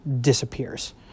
disappears